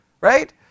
right